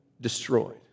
destroyed